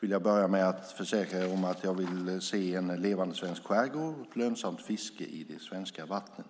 vill jag börja med att försäkra att jag vill se en levande svensk skärgård och ett lönsamt fiske i de svenska vattnen.